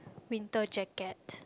winter jacket